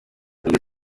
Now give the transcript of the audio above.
iryo